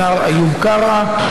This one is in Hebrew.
השר איוב קרא.